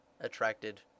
attracted